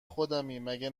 خودمی، مگه